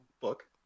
book